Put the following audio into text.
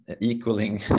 equaling